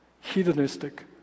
hedonistic